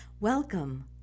Welcome